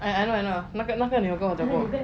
I I know I know 那个你有跟我讲过